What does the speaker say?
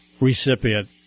recipient